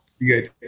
Good